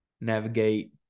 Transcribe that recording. navigate